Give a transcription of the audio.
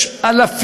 אנשים תורמים,